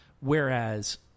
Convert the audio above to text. Whereas